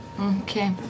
Okay